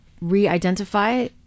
re-identify